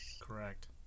Correct